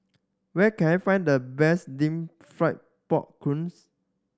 where can I find the best deep fried pork